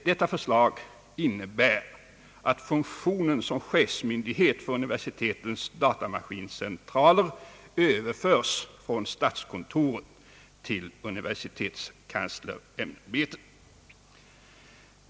Detta förslag innebär att funktionen som chefsmyndighet för universitetens datamaskincentraler överförs från statskontoret till universitetskanslersämbetet.